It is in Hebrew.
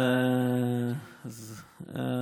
איך אני אשכנע אותה ככה?